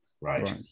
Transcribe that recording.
Right